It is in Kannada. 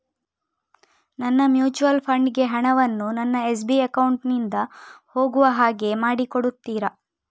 ನನ್ನ ಮ್ಯೂಚುಯಲ್ ಫಂಡ್ ಗೆ ಹಣ ವನ್ನು ನನ್ನ ಎಸ್.ಬಿ ಅಕೌಂಟ್ ನಿಂದ ಹೋಗು ಹಾಗೆ ಮಾಡಿಕೊಡುತ್ತೀರಾ?